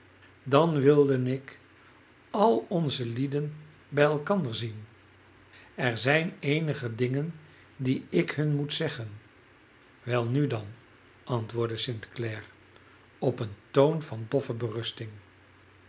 dan wilde ik al onze lieden bij elkander zien er zijn eenige dingen die ik hun moet zeggen welnu dan antwoordde st clare op een toon van doffe